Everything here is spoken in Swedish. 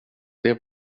det